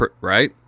right